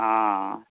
हँ